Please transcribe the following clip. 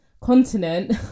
Continent